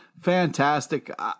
Fantastic